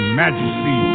majesty